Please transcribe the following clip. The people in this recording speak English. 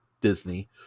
Disney